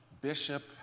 bishop